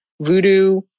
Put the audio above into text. voodoo